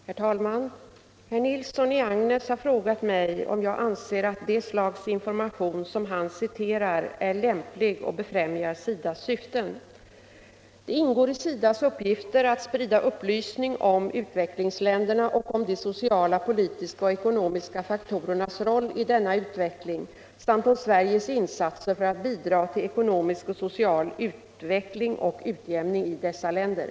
Herr talman! Herr Nilsson i Agnäs har frågat mig om jag anser att det slags information som han citerar är lämplig och befrämjar SIDA:s Torsdagen den Det ingår i SIDA:s uppgifter att sprida upplysning om utvecklings 17 april 1975 länderna och om de sociala, politiska och ekonomiska faktorernas roll — oo i denna utveckling samt om Sveriges insatser för att bidra till ekonomisk Om utformningen och social utveckling och utjämning i dessa länder.